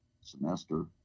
semester